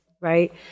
right